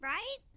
Right